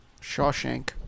Shawshank